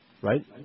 Right